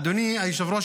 אדוני היושב-ראש,